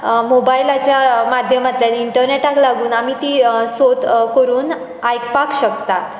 मोबायलाच्या माध्यमांतल्यान इण्टनॅटाक लागून आमी तीं सोद करून आयकपाक शकतात